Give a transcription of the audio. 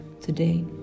today